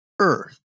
earth